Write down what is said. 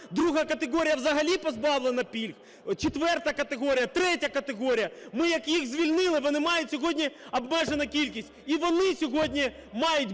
друга категорія взагалі позбавлена пільг? Четверта категорія, третя категорія, ми як їх звільнили, вони мають сьогодні, обмежена кількість, і вони сьогодні мають бути